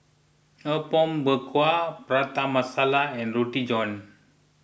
Apom Berkuah Prata Masala and Roti John